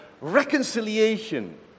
reconciliation